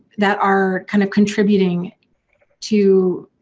that are kind of contributing to.